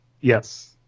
Yes